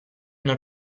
non